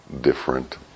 different